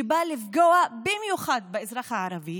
שבא לפגוע במיוחד באזרח הערבי,